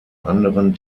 anderen